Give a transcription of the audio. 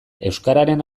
euskararen